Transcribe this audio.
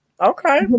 Okay